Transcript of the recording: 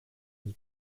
his